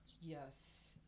Yes